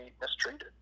mistreated